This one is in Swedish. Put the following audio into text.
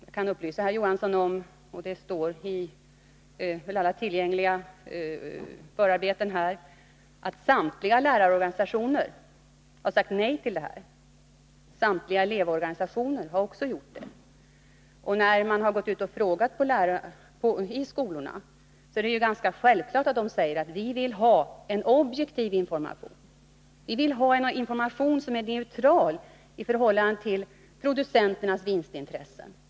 Jag kan upplysa herr Johansson om — det framgår också av alla tillgängliga förarbeten — att samtliga lärarorganisationer har sagt nej till förslaget. Samtliga elevorganisationer har också gjort det. När man har gått ut till skolorna och frågat har man självfallet svarat: Vi vill ha en objektiv information, en information som är neutral i förhållande till producenternas vinstintressen.